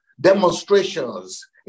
demonstrations